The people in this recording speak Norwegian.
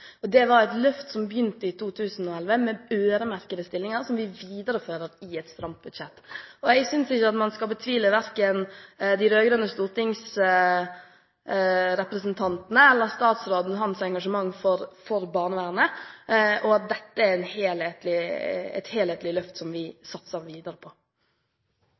Det var et løft som begynte i 2011, med øremerkede stillinger, som vi viderefører i et stramt budsjett. Jeg synes ikke man skal betvile verken de rød-grønne stortingsrepresentantenes eller statsrådens engasjement for barnevernet, og at dette er et helhetlig løft som vi satser videre på.